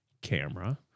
camera